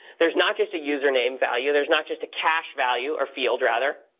there's not just a username value. there's not just a cash value, or field, rather.